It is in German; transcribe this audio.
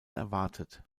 erwartet